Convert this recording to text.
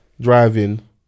driving